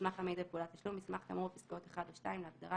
"מסמך המעיד על פעולת תשלום" מסמך כאמור בפסקאות (1) או (2) להגדרה